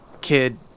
kid